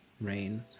rain